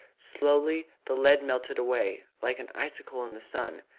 slowly the lead melted away, like an icicle in the sun,